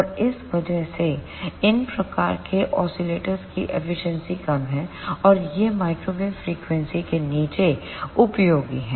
और इस वजह से इन प्रकार के ऑसिलेटर्स की एफिशिएंसी कम है और ये माइक्रोवेव फ्रीक्वेंसी के नीचे उपयोगी हैं